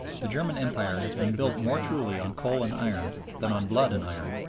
the german empire has been built more truly on coal and iron than on blood and iron.